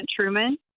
Truman